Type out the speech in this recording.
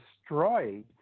destroyed